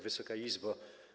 Wysoka Izbo!